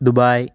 Dubai